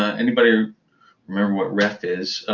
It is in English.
ah anybody remember what ref is?